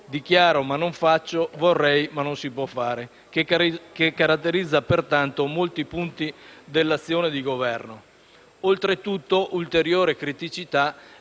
"dichiaro ma non faccio, vorrei ma non si può fare", che caratterizza pertanto molti punti dell'azione di governo. Oltretutto, ulteriore criticità,